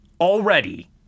already